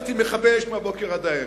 אני לא רוצה ללכת עם מכבי אש מהבוקר עד הערב.